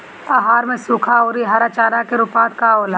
आहार में सुखा औरी हरा चारा के आनुपात का होला?